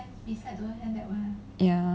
ya